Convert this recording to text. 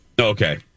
Okay